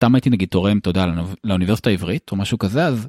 פעם הייתי נגיד תורם תודה לאוניברסיטה העברית או משהו כזה אז.